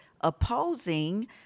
opposing